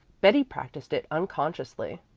betty practiced it unconsciously,